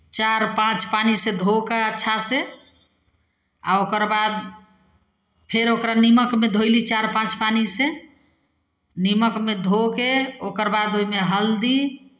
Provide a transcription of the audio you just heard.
चारि पाँच पानिसँ धो कऽ अच्छासँ आ ओकर बाद फेर ओकरा निमकमे धोली चारि पाँच पानिसँ निमकमे धो कऽ ओकर बाद ओहिमे हल्दी